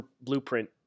blueprint